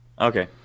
Okay